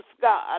God